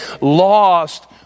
lost